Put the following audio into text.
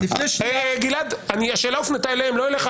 אז --- גלעד, השאלה הופנתה אליהם, לא אליך.